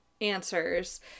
answers